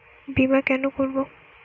বিমা কেন করব?